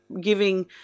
giving